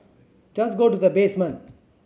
just go to the basement